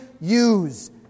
use